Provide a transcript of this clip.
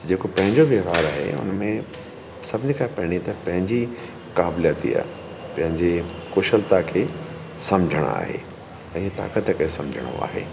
जेको पंहिंजो व्यवहार आहे उनमें सभिनी खां पहिरीं त पंहिंजी क़ाबिलियती आहे ॿियनि जी कुशलता खे समुझणु आहे ऐं ताक़त खे समुझणो आहे